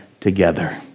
together